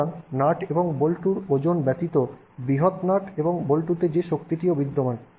সুতরাং নাট এবং বল্টুর ওজন ব্যতীত বৃহত নাট এবং বল্টুতে সেই শক্তিটিও বিদ্যমান